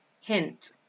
hint